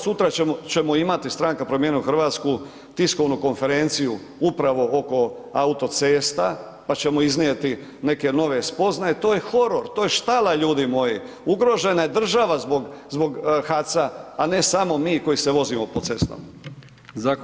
Sutra ćemo imati Stranka Promijenimo Hrvatsku tiskovnu konferenciju upravo oko autocesta pa ćemo iznijeti neke nove spoznaje. to je horor, to je štala ljudi moji, ugrožena je država zbog HAC-a a ne samo mi koji se vozimo po cestama.